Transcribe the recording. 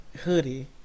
hoodie